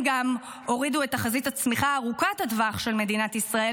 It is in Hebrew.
הם גם הורידו את תחזית הצמיחה ארוכות הטווח של מדינת ישראל,